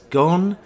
gone